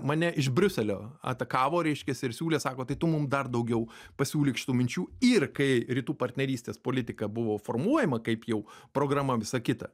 mane iš briuselio atakavo reiškiasi ir siūlė sako tai tu mum dar daugiau pasiūlyk šitų minčių ir kai rytų partnerystės politika buvo formuojama kaip jau programa visa kita